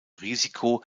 risiko